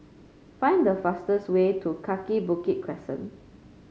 find the fastest way to Kaki Bukit Crescent